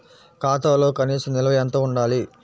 ఖాతాలో కనీస నిల్వ ఎంత ఉండాలి?